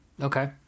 Okay